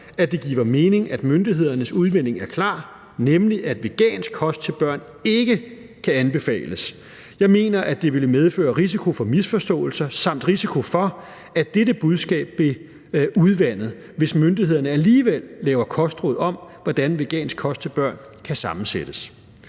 at det giver mening, at myndighedernes udmelding er klar, nemlig at vegansk kost til børn ikke kan anbefales. Jeg mener, at det ville medføre risiko for misforståelser samt risiko for, at dette budskab blev udvandet, hvis myndighederne alligevel lavede kostråd om, hvordan vegansk mad til børn kan sammensættes.